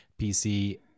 PC